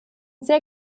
sehr